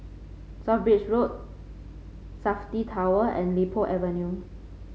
South Bridge Road Safti Tower and Li Po Avenue